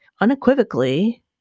unequivocally